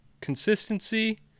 consistency